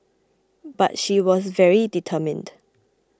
but she was very determined